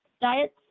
Diets